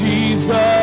Jesus